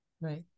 Right